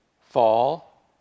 fall